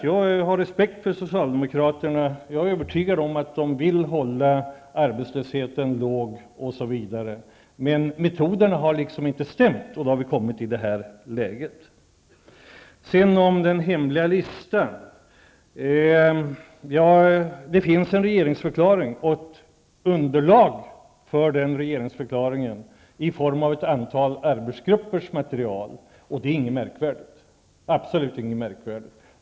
Jag har respekt för socialdemokraterna, för jag är övertygad om att de vill hålla nere arbetslösheten, osv., men metoderna har inte varit de riktiga och därför har vi kommit i det här läget. Något om den hemliga listan. Det finns en regeringsförklaring och underlag för denna i form av ett antal arbetsgruppers material. Detta är absolut ingenting märkvärdigt.